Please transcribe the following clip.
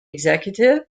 executive